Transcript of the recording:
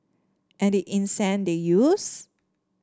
and the incense they used